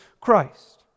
Christ